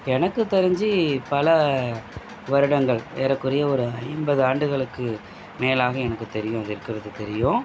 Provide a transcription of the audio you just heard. எனக்குத் தெரிஞ்சு பல வருடங்கள் ஏறக்குறைய ஒரு ஐம்பது ஆண்டுகளுக்கு மேலாக எனக்கு தெரியும் அங்கே இருக்கிறது தெரியும்